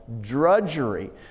drudgery